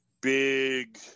big